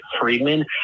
Friedman